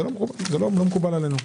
זה לא מקובל עלינו.